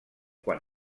quan